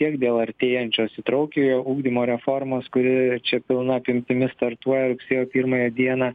tiek dėl artėjančios įtraukiojo ugdymo reformos kuri čia pilna apimtimi startuoja rugsėjo pirmąją dieną